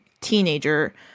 teenager